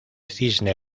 cisne